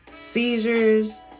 seizures